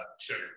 sugar